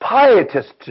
pietists